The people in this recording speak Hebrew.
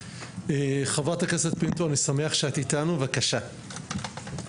(דוברת באמצעות שפת הסימנים להלן תרגום הדברים) בוקר טוב